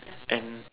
and